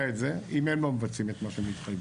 את זה אם הם לא מבצעים את מה שהם התחייבו,